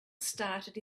started